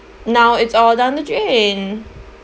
now it's all down the drain